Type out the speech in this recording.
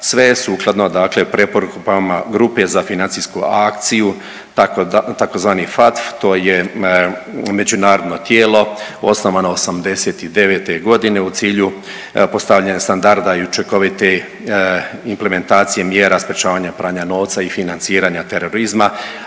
sve sukladno, dakle preporukama grupe za financijsku akciju tzv. FATF. To je međunarodno tijelo osnovano '89. godine u cilju postavljanja standarda i učinkovite implementacije mjera sprječavanja pranja novca i financiranja terorizma,